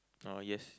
uh yes